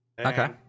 Okay